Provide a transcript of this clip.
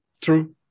True